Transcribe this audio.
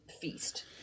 feast